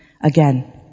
Again